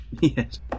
Yes